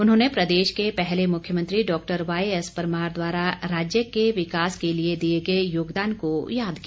उन्होंने प्रदेश के पहले मुख्यमंत्री डॉक्टर वाईएसपरमार द्वारा राज्य के विकास के लिए दिए गए योगदान को याद किया